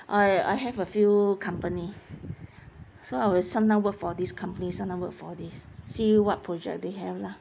I I have a few company so I will sometime work for this company sometime work for this see what project they have lah